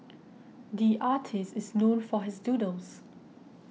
the artist is known for his doodles